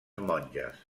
monges